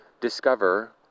discover